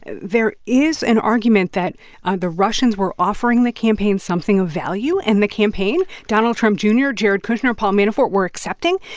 there is an argument that ah the russians were offering the campaign something of value. and the campaign, donald trump jr, jared kushner, paul manafort, were accepting.